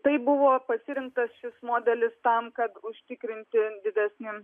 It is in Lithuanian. tai buvo pasirinktas šis modelis tam kad užtikrinti didesnį